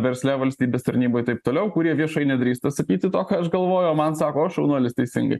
versle valstybės tarnyboj taip toliau kurie viešai nedrįsta sakyti to ką aš galvoju o man sako o šaunuolis teisingai